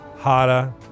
Hada